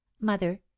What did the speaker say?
mother